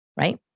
Right